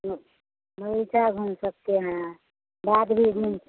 तो बग़ीचा घूम सकते हैं बाध भी घूम सकते हैं